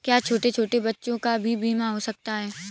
क्या छोटे छोटे बच्चों का भी बीमा हो सकता है?